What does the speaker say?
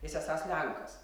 jis esąs lenkas